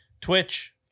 Twitch